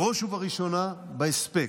בראש ובראשונה בהספק.